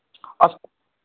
अस्तु